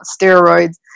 steroids